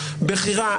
בכירה,